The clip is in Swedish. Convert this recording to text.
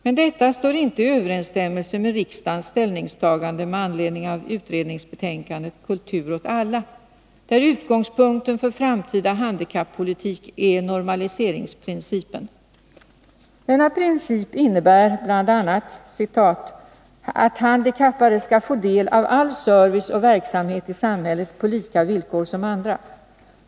Men detta står inte i överensstämmelse med riksdagens ställningstagande med anledning av utredningsbetänkandet Kultur åt alla, där utgångspunkten för framtida handikappolitik är normaliseringsprincipen. Denna princip innebär bl.a. att ”handikappade skall få del av all service och verksamhet i samhället på lika villkor som andra.